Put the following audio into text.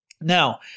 Now